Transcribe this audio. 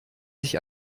sich